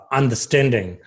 understanding